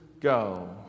go